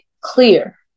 clear